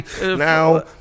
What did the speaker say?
Now